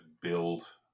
build